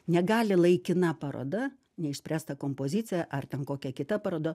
negali laikina paroda neišspręsta kompozicija ar ten kokia kita paroda